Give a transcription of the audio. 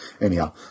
anyhow